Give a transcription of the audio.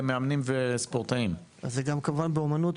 גם ממשרד האוכלוסין וההגירה וגם מביטוח לאומי.